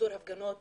פיזור הפגנות